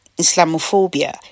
Islamophobia